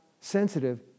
sensitive